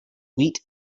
wheat